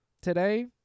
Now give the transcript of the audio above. today